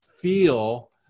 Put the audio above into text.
feel